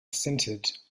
centered